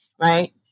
right